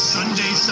Sunday